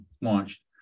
launched